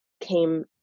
came